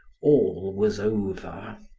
all was over!